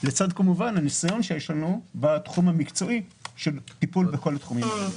לצד כמובן הניסיון המקצועי שיש לנו בטיפול בכל התחומים הללו.